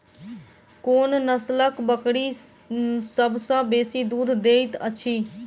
कोन नसलक बकरी सबसँ बेसी दूध देइत अछि?